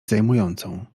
zajmującą